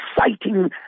exciting